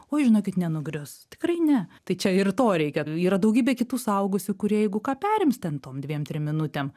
oi žinokit nenugrius tikrai ne tai čia ir to reikia yra daugybė kitų suaugusių kurie jeigu ką perims ten tom dviem trim minutėm